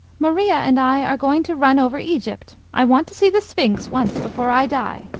maria and i are going to run over egypt. i want to see the sphinx once before i die.